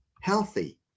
healthy